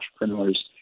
entrepreneurs